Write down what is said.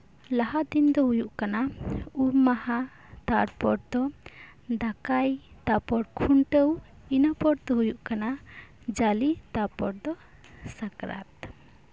ᱞᱟᱦᱟ ᱫᱤᱱ ᱫᱚ ᱦᱩᱭᱩᱜ ᱠᱟᱱᱟ ᱩᱢ ᱢᱟᱦᱟ ᱛᱟᱨᱯᱚᱨ ᱫᱚ ᱫᱟᱠᱟᱭ ᱛᱟᱨᱯᱚᱨ ᱠᱷᱩᱱᱴᱟᱹᱣ ᱤᱱᱟᱹᱯᱚᱨ ᱫᱚ ᱦᱩᱭᱩᱜ ᱠᱟᱱᱟ ᱡᱟᱞᱮ ᱛᱟᱨᱯᱚᱨ ᱫᱚ ᱥᱟᱠᱨᱟᱛ